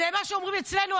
זה מה שאומרים אצלנו,